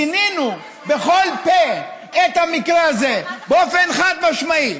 גינינו בכל פה את המקרה הזה באופן חד-משמעי.